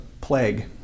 plague